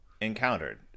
encountered